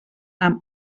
amb